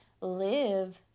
live